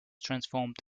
transformed